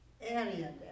area